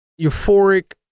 euphoric